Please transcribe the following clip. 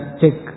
check